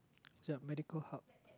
ya medical hub